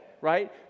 right